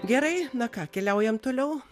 gerai na ką keliaujam toliau